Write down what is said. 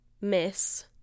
miss